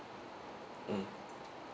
mm